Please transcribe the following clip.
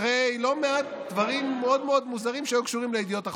אחרי לא מעט דברים מאוד מאוד מוזרים שהיו קשורים לידיעות אחרונות.